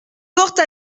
porte